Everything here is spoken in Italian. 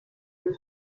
allo